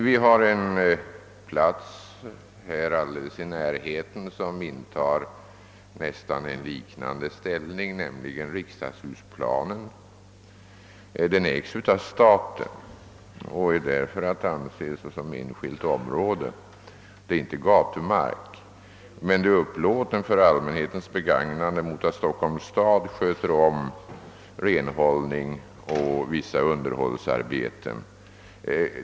Vi har en plats alldeles i närheten som intar nästan samma ställning, nämligen riksdagshusplanen. Den ägs av staten och är därför att anse som enskilt område. Det är inte gatumark, men marken är upplåten för allmänhetens begagnande mot att Stockholms stad sköter om renhållning och vissa underhållsarbeten.